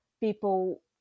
people